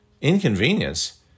Inconvenience